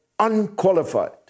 Unqualified